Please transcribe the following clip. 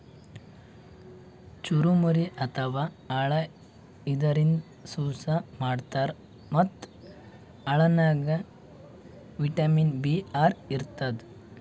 ಚುರಮುರಿ ಅಥವಾ ಅಳ್ಳ ಇದರಿಂದ ಸುಸ್ಲಾ ಮಾಡ್ತಾರ್ ಮತ್ತ್ ಅಳ್ಳನಾಗ್ ವಿಟಮಿನ್ ಬಿ ಆರ್ ಇರ್ತದ್